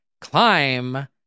climb